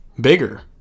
bigger